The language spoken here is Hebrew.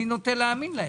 אני נוטה להאמין להם.